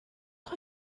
are